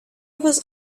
was